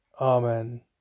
Amen